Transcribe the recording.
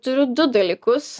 turiu du dalykus